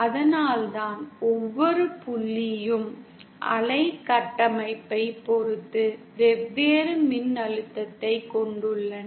அதனால்தான் ஒவ்வொரு புள்ளியும் அலை கட்டமைப்பைப் பொறுத்து வெவ்வேறு மின்னழுத்தத்தைக் கொண்டுள்ளன